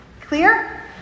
Clear